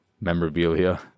memorabilia